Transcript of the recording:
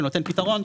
נותן פתרון,